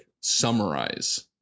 summarize